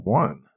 one